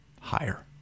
Higher